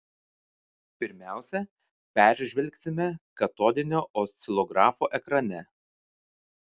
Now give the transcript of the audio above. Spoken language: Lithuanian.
pirmiausia peržvelgsime katodinio oscilografo ekrane